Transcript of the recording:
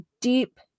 deep